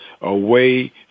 away